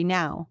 now